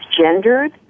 gendered